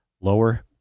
lower